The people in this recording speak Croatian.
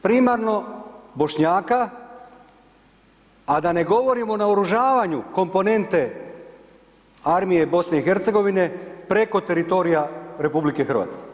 Primarno Bošnjaka, a da ne govorimo o naoružavanju komponente armije BiH preko teritorija RH.